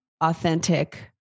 authentic